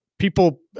People